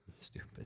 Stupid